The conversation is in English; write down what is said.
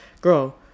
girl